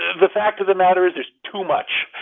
the fact of the matter is there's too much.